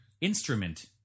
instrument